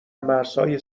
مرزهای